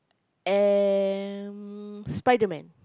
and Spiderman